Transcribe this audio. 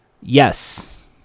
Yes